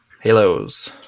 Halos